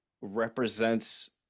represents